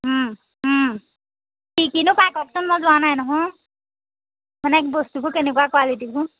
কি কিনো পায় কওকচোন মই যোৱা নাই নহয় মানে বস্তুবোৰ কেনেকুৱা কোৱালিটিবোৰ